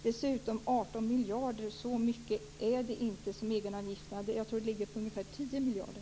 Dessutom är inte egenavgifterna så mycket som 18 miljarder. Jag tror att de ligger på ungefär 10 miljarder.